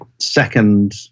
second